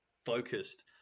focused